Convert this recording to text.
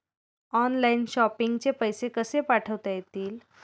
Online shopping चे पैसे कसे पाठवता येतील?